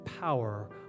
power